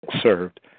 served